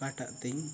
ᱚᱠᱟᱴᱟᱜ ᱛᱮᱧ